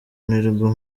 nirwo